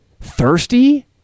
thirsty